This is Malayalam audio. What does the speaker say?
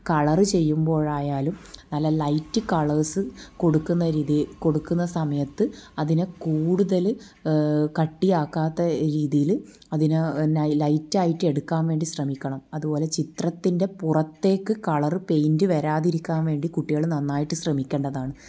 കളർ ചെയ്യുമ്പോഴായാലും നല്ല ലൈറ്റ് കളേർസ് കൊടുക്കുന്ന രീതിയിൽ കൊടുക്കുന്ന സമയത്ത് അതിനെ കൂടുതൽ കട്ടിയാക്കാത്ത രീതിയിൽ അതിനെ ലൈറ്റ് ആയിട്ട് എടുക്കാൻ വേണ്ടി ശ്രമിക്കണം അതുപോലെ ചിത്രത്തിൻ്റെ പുറത്തേക്ക് കളർ പെയിൻ്റ് വരാതിരിക്കാൻ വേണ്ടി കുട്ടികൾ നന്നായിട്ട് ശ്രമിക്കേണ്ടതാണ്